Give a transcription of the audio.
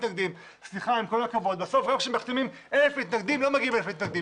בסוף מחתימים אלף מתנגדים ולא מגיעים אלף מתנגדים.